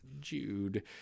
Jude